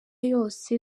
yose